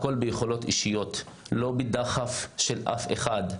הכל ביכולות אישיות ולא בדחף של אף אחד.